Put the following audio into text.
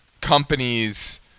companies